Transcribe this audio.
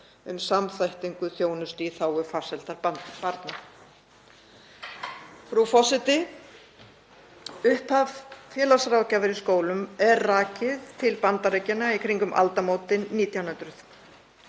um samþættingu þjónustu í þágu farsældar barna. Frú forseti. Upphaf félagsráðgjafar í skólum er rakið til Bandaríkjanna í kringum aldamótin 1900.